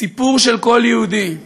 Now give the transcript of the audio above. הסיפור של כל יהודי.